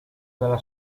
della